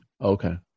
Okay